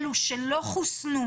קבוצה